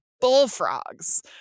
bullfrogs